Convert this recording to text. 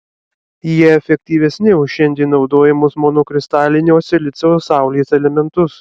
jie efektyvesni už šiandien naudojamus monokristalinio silicio saulės elementus